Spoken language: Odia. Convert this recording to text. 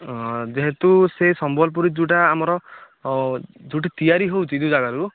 ଯେହେତୁ ସେ ସମ୍ବଲପୁରୀ ଯେଉଁଟା ଆମର ଯେଉଁଠି ତିଆରି ହେଉଛି ଯେଉଁ ଜାଗାରୁ